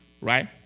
right